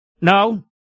No